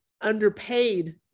underpaid